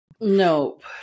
Nope